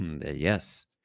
Yes